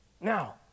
now